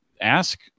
ask